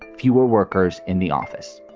fewer workers in the office.